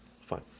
Fine